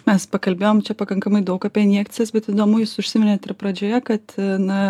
mes pakalbėjom čia pakankamai daug apie injekcijas bet įdomu jūs užsiminėt ir pradžioje kad na